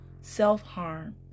Self-harm